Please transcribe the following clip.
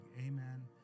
amen